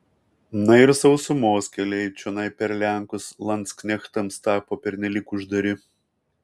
na ir sausumos keliai čionai per lenkus landsknechtams tapo pernelyg uždari